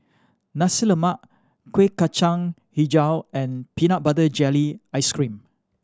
Nasi Lemak Kueh Kacang Hijau and peanut butter jelly ice cream